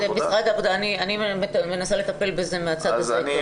זה משרד העבודה, אני מנסה לטפל בזה מהצד הזה.